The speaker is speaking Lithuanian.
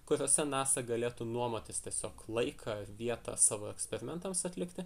kuriose nasa galėtų nuomotis tiesiog laiką vietą savo eksperimentams atlikti